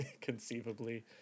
conceivably